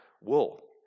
wool